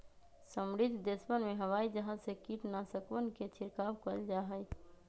समृद्ध देशवन में हवाई जहाज से कीटनाशकवन के छिड़काव कइल जाहई